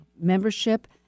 membership